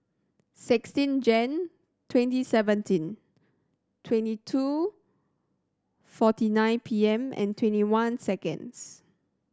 sixteen Jan twenty seventeen twenty two forty nine P M and twenty one seconds